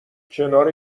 کنار